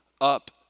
up